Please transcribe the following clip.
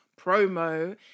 promo